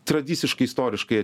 tradiciškai istoriškai